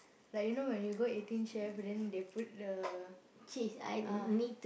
like you know when you go Eighteen-Chef then they put the ah